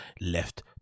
left